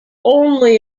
only